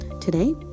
Today